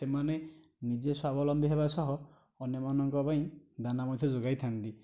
ସେମାନେ ନିଜେ ସ୍ୱାବଲମ୍ବୀ ହେବା ସହ ଅନ୍ୟମାନଙ୍କ ପାଇଁ ଦାନା ମଧ୍ୟ ଯୋଗାଇ ଥାଆନ୍ତି